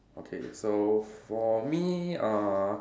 okay so for me uh